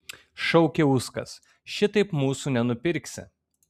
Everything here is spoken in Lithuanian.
šaukė uskas šitaip mūsų nenupirksi